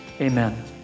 amen